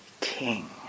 king